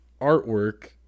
artwork